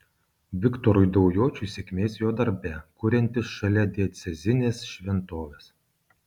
viktorui daujočiui sėkmės jo darbe kuriantis šalia diecezinės šventovės